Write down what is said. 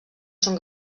són